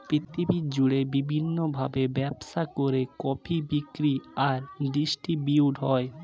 পৃথিবী জুড়ে বিভিন্ন ভাবে ব্যবসা করে কফি বিক্রি আর ডিস্ট্রিবিউট হয়